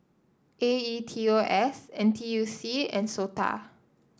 A E T O S N T U C and SOTA